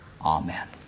Amen